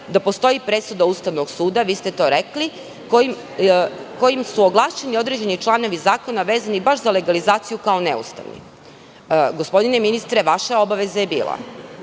da postoji presuda Ustavnog suda, vi ste to rekli, kojim su ovlašćeni određeni članovi zakona vezani baš za legalizaciju, kao neustavni. Gospodine ministre, vaša obaveza je bila,